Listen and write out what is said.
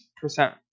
percent